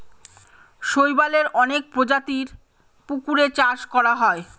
শৈবালের অনেক প্রজাতির পুকুরে চাষ করা হয়